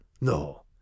no